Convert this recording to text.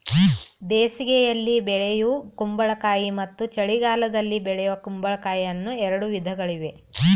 ಬೇಸಿಗೆಯಲ್ಲಿ ಬೆಳೆಯೂ ಕುಂಬಳಕಾಯಿ ಮತ್ತು ಚಳಿಗಾಲದಲ್ಲಿ ಬೆಳೆಯೂ ಕುಂಬಳಕಾಯಿ ಅನ್ನೂ ಎರಡು ವಿಧಗಳಿವೆ